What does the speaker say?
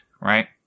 right